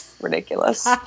Ridiculous